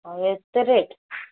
ଆଉ ଏତେ ରେଟ୍